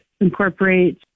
incorporate